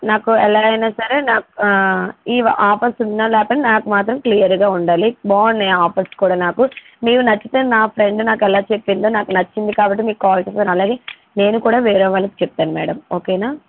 నాకు ఎలా అయినా సరే నాకు ఈ ఆఫర్స్ ఉన్నా లేపోయిన నాకు మాత్రం క్లియర్గా ఉండాలి బాగున్నాయి ఆఫర్స్ కూడా నాకు మీవి నచ్చితే నా ఫ్రెండ్ నాకు ఎలా చెప్పింది నాకు నచ్చింది కాబట్టి మీకు కాల్ చేసాను అలాగే నేను కూడా వేరే వాళ్ళకి చెప్తాను మ్యాడమ్ ఓకేనా